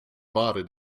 ware